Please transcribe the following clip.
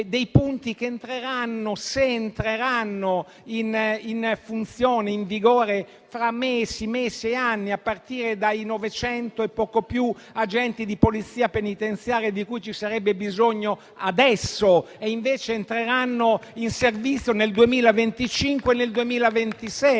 sono punti che entreranno in vigore - se entreranno in vigore - fra mesi e anni, a partire dai 900 e poco più agenti di polizia penitenziaria di cui ci sarebbe bisogno adesso e che invece entreranno in servizio nel 2025 e nel 2026.